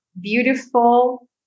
beautiful